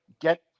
get